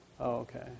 Okay